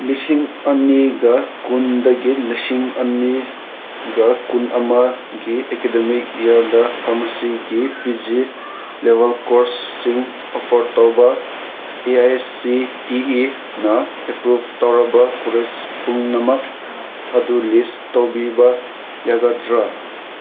ꯂꯤꯁꯤꯡ ꯑꯅꯤꯒ ꯀꯨꯟꯗꯒꯤ ꯂꯤꯁꯤꯡ ꯑꯅꯤꯒ ꯀꯨꯟ ꯑꯃꯒꯤ ꯑꯦꯀꯗꯃꯤꯛ ꯌꯥꯔꯗ ꯐꯥꯔꯃꯁꯤꯒꯤ ꯄꯤ ꯖꯤ ꯂꯦꯕꯦꯜ ꯀꯣꯔꯁꯁꯤꯡ ꯑꯣꯐꯔ ꯇꯧꯕ ꯑꯦ ꯑꯥꯏ ꯁꯤ ꯇꯤ ꯏꯤꯅ ꯑꯦꯄ꯭ꯔꯨꯞ ꯇꯧꯔꯕ ꯀꯣꯂꯦꯖ ꯄꯨꯝꯅꯃꯛ ꯑꯗꯨ ꯂꯤꯁ ꯇꯧꯕꯤꯕ ꯌꯥꯒꯗ꯭ꯔꯥ